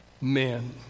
men